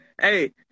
Hey